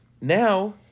now